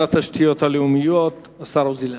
התשתיות הלאומיות, השר עוזי לנדאו.